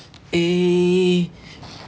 eh